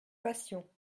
fassions